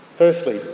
Firstly